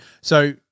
So-